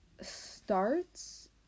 starts